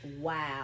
Wow